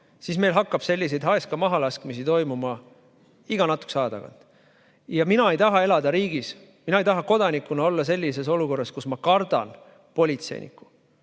siis hakkab selliseid Haeska mahalaskmisi toimuma iga natukese aja tagant. Mina ei taha elada sellises riigis, mina ei taha kodanikuna olla sellises olukorras, kus ma kardan politseinikku.